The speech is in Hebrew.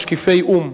משקיפי או"ם.